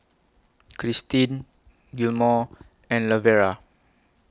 Christin Gilmore and Lavera